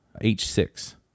H6